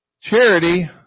Charity